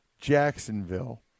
jacksonville